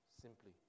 simply